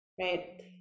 right